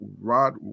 Rod